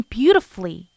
beautifully